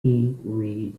read